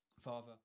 father